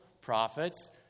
prophets